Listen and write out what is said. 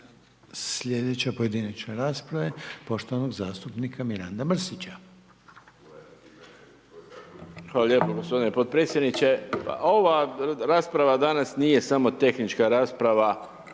Slijedeća pojedinačne rasprave, poštovanog zastupnika Miranda Mrsića. **Mrsić, Mirando (Demokrati)** Hvala lijepo gospodine podpredsjedniče. Pa ova rasprava danas nije samo tehnička rasprava,